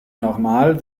normal